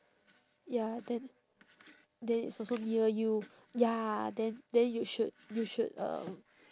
ya then then it's also near you ya then then you should you should um